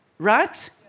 Right